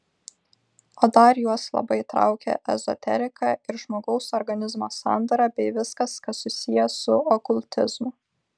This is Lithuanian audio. o dar juos labai traukia ezoterika ir žmogaus organizmo sandara bei viskas kas susiję su okultizmu